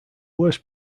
worst